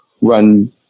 run